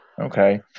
Okay